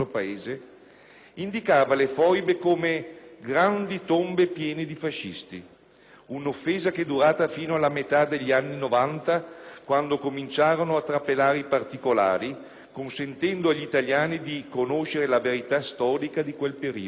indicava le foibe come «grandi tombe piene di fascisti», un'offesa che è durata fino alla metà degli anni Novanta, quando cominciarono a trapelare i particolari, consentendo agli italiani di conoscere la verità storica di quel periodo.